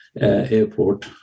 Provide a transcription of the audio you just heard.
airport